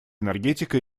энергетика